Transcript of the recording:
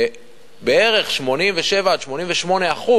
87% 88%